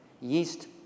yeast